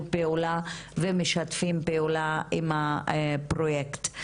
פעולה ומשתפים פעולה עם הפרוייקט.